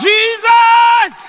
Jesus